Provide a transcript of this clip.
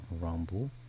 rumble